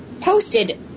posted